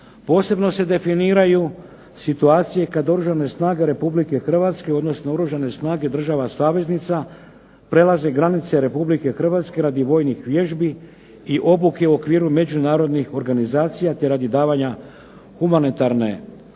Posebno se definiraju situacije kada Oružane snage Republike Hrvatske odnosno Oružane snage država saveznica prelaze granice Republike Hrvatske radi vojnih vježbi, i obuke u okviru međunarodnih organizacija te radi davanja humanitarne pomoći,